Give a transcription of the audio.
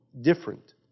different